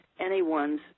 anyone's